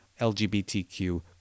LGBTQ